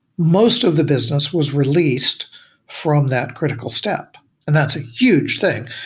most of the business was released from that critical step and that's a huge thing.